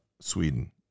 Sweden